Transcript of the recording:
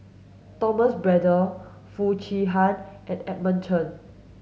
Thomas Braddell Foo Chee Han and Edmund Chen